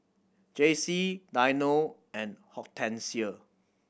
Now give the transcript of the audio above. Jacey Dino and Hortensia